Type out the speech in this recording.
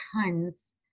tons